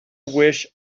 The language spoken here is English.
wish